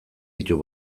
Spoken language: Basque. ditu